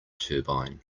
turbine